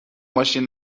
ماشین